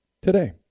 today